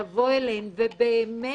לבוא אליהן ובאמת